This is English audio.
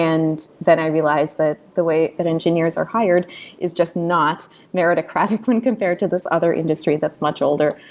and then i realized that the way that engineers are hired is just not meritocratic when compared to this other industry that's much older.